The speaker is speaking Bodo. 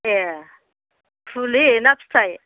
ए फुलि ना फिथाइ